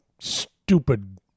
stupid